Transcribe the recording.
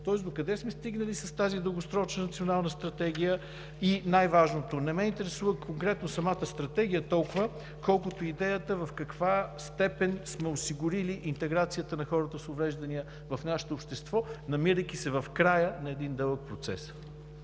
Тоест докъде сме стигнали с тази дългосрочна Национална стратегия? И най-важното – не ме интересува толкова конкретно самата стратегия, колкото идеята в каква степен сме осигурили интеграцията на хората с увреждания в нашето общество, намирайки се в края на един дълъг процес?